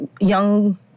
young